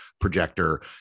projector